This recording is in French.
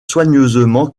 soigneusement